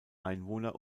einwohner